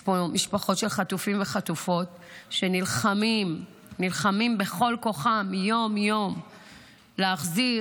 יש פה משפחות של חטופים וחטופות שנלחמות בכל כוחן יום-יום להחזיר